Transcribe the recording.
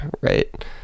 right